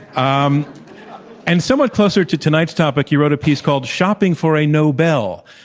um and somewhat closer to tonight's topic, you wrote a piece called shopping for a nobel,